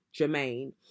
Jermaine